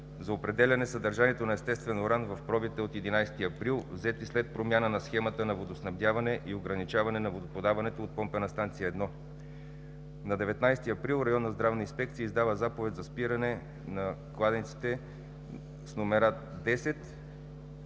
за определяне съдържанието на естествен уран в пробите от 11 април, взети след промяна на схемата на водоснабдяване и ограничаване на водоподаването от помпена станция 1. На 19 април Районната здравна инспекция издава заповед за спиране на кладенец с номер 10,